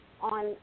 on